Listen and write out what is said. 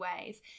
ways